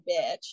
bitch